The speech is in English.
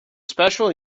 special